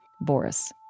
Boris